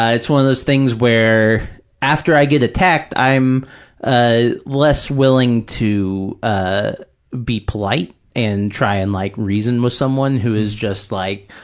it's one of those things where after i get attacked i'm ah less willing to ah be polite and try and like reason with someone who is just like,